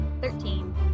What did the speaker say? Thirteen